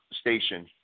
station